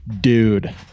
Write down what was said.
dude